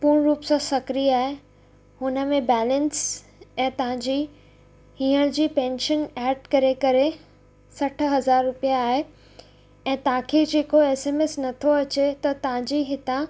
पूर्ण रूप सां सक्रिय आहे हुन में बैलेंस ऐं तव्हांजी हींअर जी पेंशन ऐड करे करे सठि हज़ार रुपया आहे ऐं तव्हांखे जेको एसएमएस नथो अचे त तव्हांजे हितां